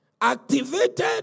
activated